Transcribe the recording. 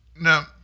Now